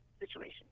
situation